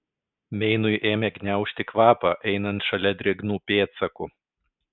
meinui ėmė gniaužti kvapą einant šalia drėgnų pėdsakų